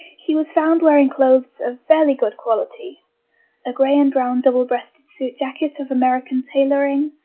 he was found wearing clothes of fairly good quality a grey and brown double-breasted suit jacket of american tailoring,